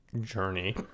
journey